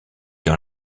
dans